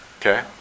Okay